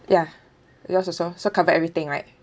ya yours also so cover everything right